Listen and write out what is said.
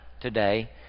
today